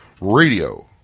Radio